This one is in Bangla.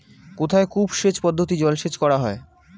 কোথায় কূপ সেচ পদ্ধতিতে জলসেচ করা হয়?